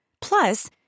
Plus